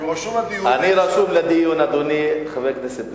הוא רשום לדיון, חבר הכנסת פלסנר,